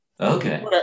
Okay